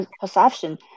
perception